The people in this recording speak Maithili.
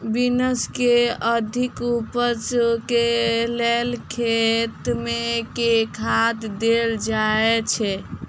बीन्स केँ अधिक उपज केँ लेल खेत मे केँ खाद देल जाए छैय?